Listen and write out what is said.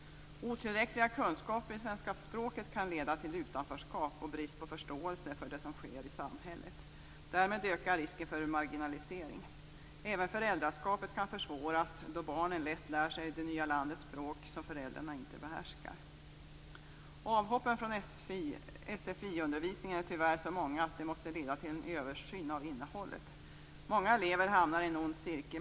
Otillräckliga kunskaper i svenska språket kan leda till utanförskap och brist på förståelse för det som sker i samhället. Därmed ökar risken för marginalisering. Även föräldraskapet kan försvåras, då barnen lätt lär sig det nya landets språk som föräldrarna inte behärskar. Avhoppen från sfi-undervisningen är tyvärr så många att det måste leda till en översyn av innehållet. Många elever hamnar i en ond cirkel.